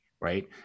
right